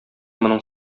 моның